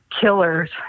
killers